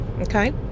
Okay